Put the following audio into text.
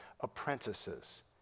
apprentices